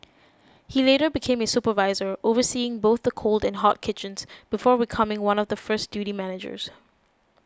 he later became a supervisor overseeing both the cold and hot kitchens before becoming one of the first duty managers